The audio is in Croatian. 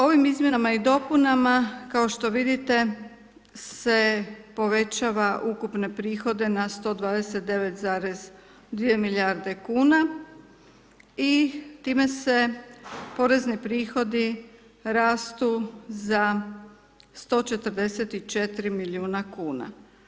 Ovim izmjenama i dopunama kao što vidite se povećava ukupne prihode na 129,2 milijarde kuna i time se porezni prihodi rastu za 144 milijuna kuna.